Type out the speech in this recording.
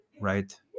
right